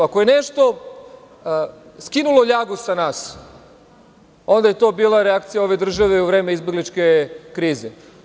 Ako je nešto skinulo ljagu sa nas, onda je to bila reakcija ove države u vreme izbegličke krize.